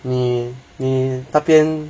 你你那边